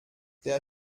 der